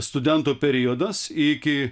studentų periodas iki